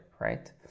right